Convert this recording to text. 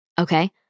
Okay